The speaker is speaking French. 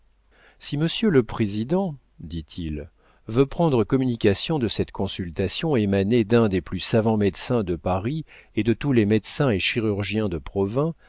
si monsieur le président dit-il veut prendre communication de cette consultation émanée d'un des plus savants médecins de paris et de tous les médecins et chirurgiens de provins